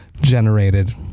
generated